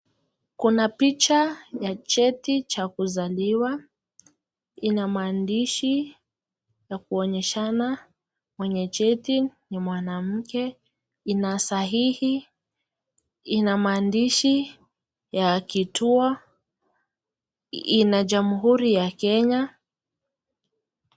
Kuna picha ya cheti cha kuzaliwa. Ina maandishi ya kuonyeshana mwenye cheti ni mwanamke, ina sahihi, ina maandishi ya kituo, ina jamhuri ya Kenya.